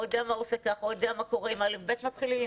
הוא יודע מה קורה אם כיתות א'-ב' מתחילות,